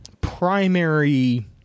primary